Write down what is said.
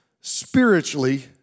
spiritually